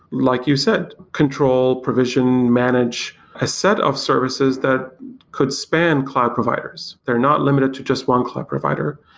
like you said, control provision, manage a set of services that could span cloud providers. they're not limited to just one cloud provider,